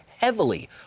heavily